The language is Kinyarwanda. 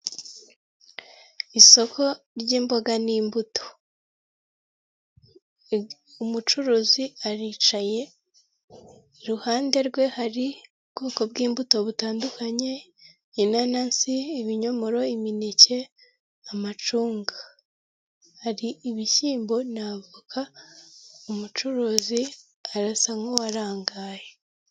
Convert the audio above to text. Isoko ry'imboga n'imbuto. umucuruzi aricaye iruhande rwe hari ubwoko bw'imbuto butandukanye, inanasi, ibinyomoro, imineke, amacunga, hari ibishyimbo na avoka umucuruzi arasa nk'uwarangaye.